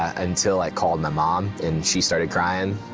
ah until i called my mom. and she started crying.